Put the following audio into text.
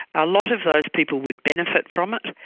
a lot of those people would benefit from it,